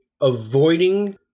avoiding